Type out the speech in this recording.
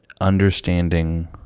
understanding